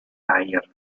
eiern